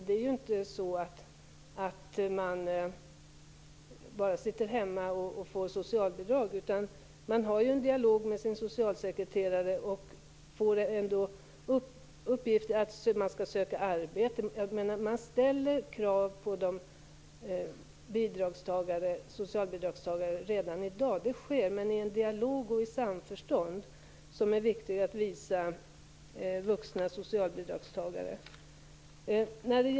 Det är inte så att de sitter hemma och får socialbidrag, utan de har en dialog med sin socialsekreterare och får uppgifter om arbeten att söka. Det ställs krav på socialbidragstagare redan i dag, men det sker i en dialog och i samförstånd, vilket är viktigt för vuxna bidragstagare.